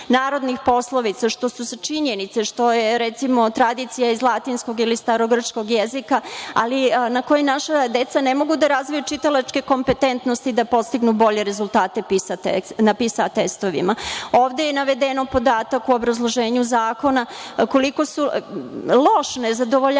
narodnih poslovica, što su činjenice, što je tradicija iz latinskog ili starogrčkog jezika, ali na kojoj naša deca ne mogu da razviju čitalačke kompetentnosti i da postignu bolje rezultate na PISA testovima. Ovde je naveden podatak u obrazloženju Zakona koliko je loš, nezadovoljavajući